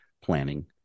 planning